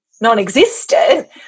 non-existent